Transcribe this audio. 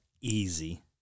easy